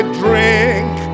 drink